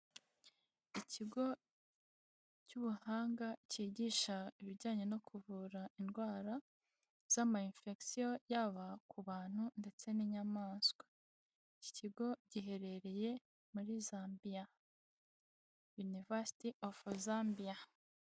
Ikigo cy'ubuhanga cyigisha ibijyanye no kuvura indwara z'ama infegisiyo yaba ku bantu ndetse n'inyamaswa, iki kigo giherereye muri Zambia yunivasiti ofu Zambia.